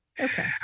Okay